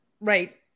Right